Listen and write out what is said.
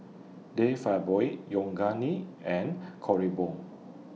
De Fabio Yoogane and Kronenbourg